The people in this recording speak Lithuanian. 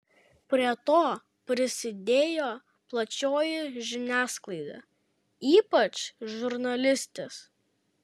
prie to prisidėjo plačioji žiniasklaida ypač žurnalistės